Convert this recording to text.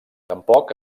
tampoc